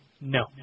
No